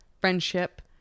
friendship